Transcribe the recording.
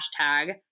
hashtag